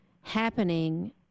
happening